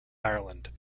ireland